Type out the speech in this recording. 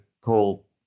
call